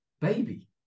baby